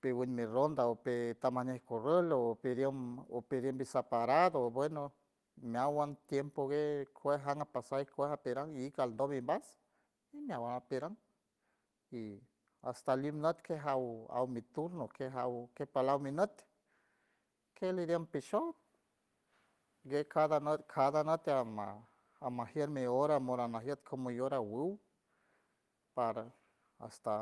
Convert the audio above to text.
Piwin mi ronda opi tamañaij kurrol o piriem o piriem bi saparado bueno meawan tiempo guej kuej jan apasaj ik kuej a piran ik aldom imbas y meawan piran y hasta limnüt kej jaw aw mi turno kej jaw que palaw mi nüt ke lidiem pishoj gue cada nüt cada nüt ketiej ama- amajier mi hora moran najiet como llora awuw para hasta